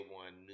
one